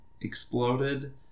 exploded